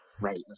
right